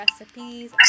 recipes